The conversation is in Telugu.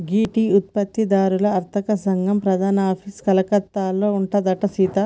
గీ టీ ఉత్పత్తి దారుల అర్తక సంగం ప్రధాన ఆఫీసు కలకత్తాలో ఉందంట సీత